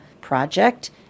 project